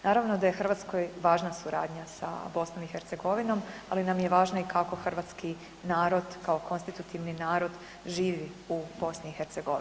Naravno da je Hrvatskoj važna suradnja sa BiH, ali nam je važno i kako hrvatski narod kao konstitutivni narod živi u BiH.